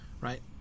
right